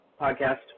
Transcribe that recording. podcast